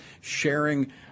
sharing